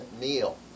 meal